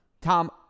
Tom